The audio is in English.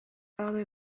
other